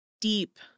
deep